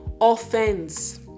offense